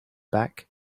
back